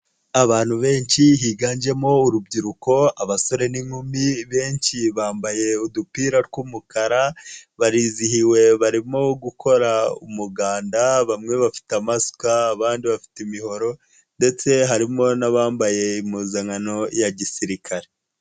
Abantu benshi higanjemo urubyiruko abasore n'inkumi benshi, bambaye udupira tw'umukara, barizihiwe barimo gukora umuganda, bamwe bafite amasuka abandi bafite imihoro, ndetse harimo n'abambaye impuzankano ya gisirikare.